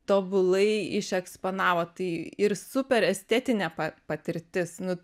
tobulai išeksponavo tai ir super estetinė patirtis nu